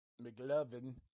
mclovin